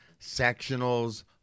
sectionals